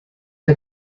for